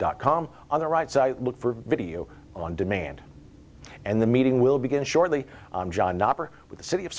dot com on the right site look for video on demand and the meeting will begin shortly with the city of